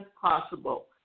possible